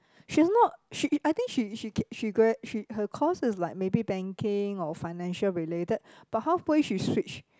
she's not she I think she she she gra~ she her course is like maybe banking or financial related but halfway she switched